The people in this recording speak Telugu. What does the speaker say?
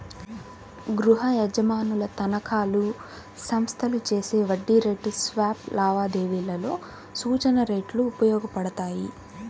గృహయజమానుల తనఖాలు, సంస్థలు చేసే వడ్డీ రేటు స్వాప్ లావాదేవీలలో సూచన రేట్లు ఉపయోగపడతాయి